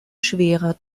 schwerer